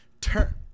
Turn